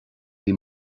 bhí